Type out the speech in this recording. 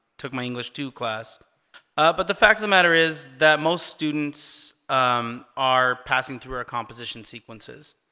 took my english to class but the fact of the matter is that most students are passing through our composition sequences